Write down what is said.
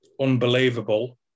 unbelievable